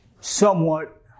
somewhat